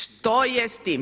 Što je s tim?